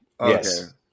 Yes